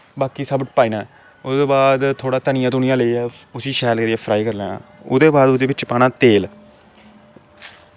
बाकी सब पाई लैना ओह्दै बाद थोह्ड़ा धनियां धुनियां लेई आए उसी शैल करियै फ्राई करी लैना ओह्दे बाद ओह्दे च पाना तेल